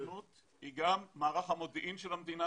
הסוכנות היא גם מערך המודיעין של המדינה